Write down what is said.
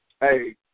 Hey